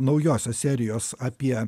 naujosios serijos apie